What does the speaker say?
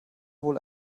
wohl